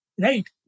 Right